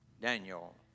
Daniel